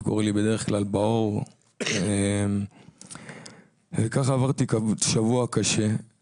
זה קורה לי בדרך כלל בעור, ככה עברתי שבוע קשה.